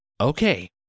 okay